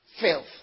filth